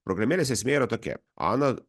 programėlės esmė yra tokia ana